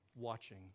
watching